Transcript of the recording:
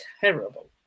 terrible